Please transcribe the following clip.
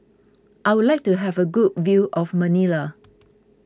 I would like to have a good view of Manila